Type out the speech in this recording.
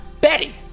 Betty